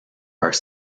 are